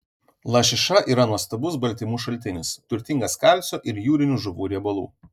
lašiša yra nuostabus baltymų šaltinis turtingas kalcio ir jūrinių žuvų riebalų